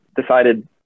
decided